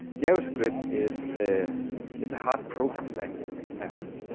javascript is a is a hot programming language to make fast.